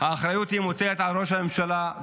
שהאחריות מוטלת על ראש הממשלה,